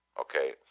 okay